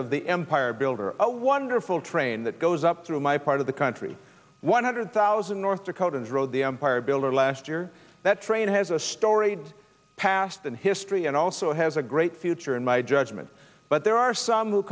of the empire builder a wonderful train that goes up through my part of the country one hundred thousand north dakotans road the empire builder last year that trade has a storied past in history and also has a great future in my judgment but there are some who